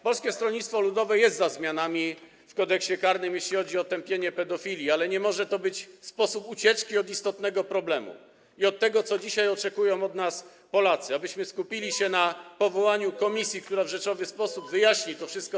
Polskie Stronnictwo Ludowe jest za zmianami w Kodeksie karnym, jeśli chodzi o tępienie pedofilii, ale nie może to być sposób ucieczki od istotnego problemu i od tego, czego dzisiaj oczekują od nas Polacy - abyśmy skupili się na powołaniu komisji, która w rzeczowy sposób wyjaśni to wszystko.